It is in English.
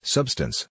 Substance